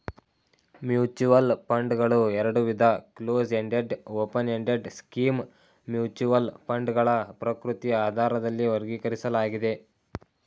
mutual ಫಂಡ್ಗಳು ಎರಡುವಿಧ close ended open ended scheme mutual ಫಂಡ್ಗಳ ಪ್ರಕೃತಿಯ ಆಧಾರದಲ್ಲಿ ವರ್ಗೀಕರಿಸಲಾಗಿದೆ